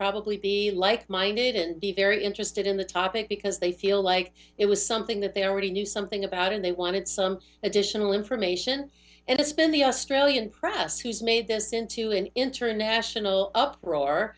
probably be like minded and be very interested in the topic because they feel like it was something that they already knew something about and they wanted some additional information and it's been the australian press who's made this into an international uproar